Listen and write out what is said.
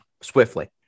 swiftly